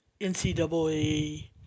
NCAA